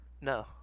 No